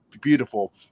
beautiful